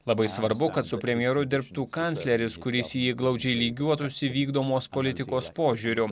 labai svarbu kad su premjeru dirbtų kancleris kuris į jį glaudžiai lygiuotųsi vykdomos politikos požiūriu